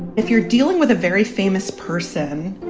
if you're dealing with a very famous person,